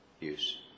use